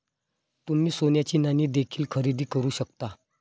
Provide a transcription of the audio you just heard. तुम्ही सोन्याची नाणी देखील खरेदी करू शकता